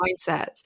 mindsets